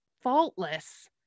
faultless